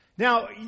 Now